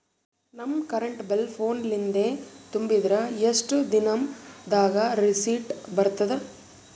ನಮ್ current bill ಫೋನ ಲಿಂದೇ ತುಂಬಿದ್ರ, ಎಷ್ಟ ದಿ ನಮ್ ದಾಗ ರಿಸಿಟ ಬರತದ?